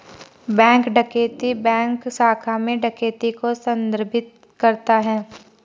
bank डकैती bank शाखा में डकैती को संदर्भित करता है